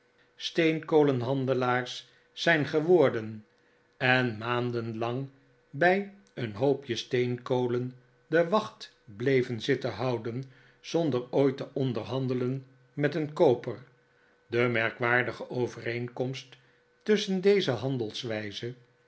steenkolenhandelaars zijn geworden en maanden lang bij een hoopje steenkolen de wacht bleven zitten houden zonder ooit te onderhandelen met een kooper de merkwaardige overeenkomst tusschen deze